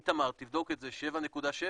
איתמר, תבדוק את זה, 7.7%?